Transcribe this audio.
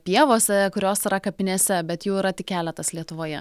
pievose kurios yra kapinėse bet jų yra tik keletas lietuvoje